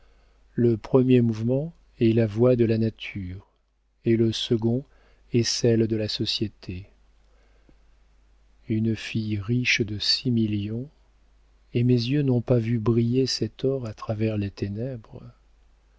le premier mouvement est la voix de la nature et le second est celle de la société une fille riche de six millions et mes yeux n'ont pas vu briller cet or à travers les ténèbres